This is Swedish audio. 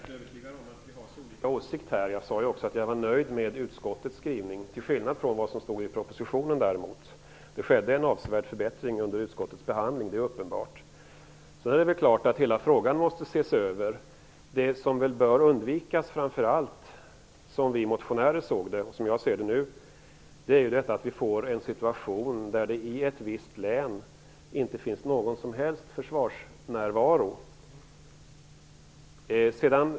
Fru talman! Jag är helt övertygad om att vi har mycket olika åsikter här. Men jag sade att jag var nöjd med utskottets skrivning till skillnad från vad som står i propositionen. Under utskottets behandling skedde en avsevärd förbättring. Det är uppenbart. Det är klart att hela frågan måste ses över. Det som väl framför allt bör undvikas, som vi motionärer sett på detta och som jag nu ser saken, är att vi får en situation där det i ett visst län inte finns någon som helst försvarsnärvaro.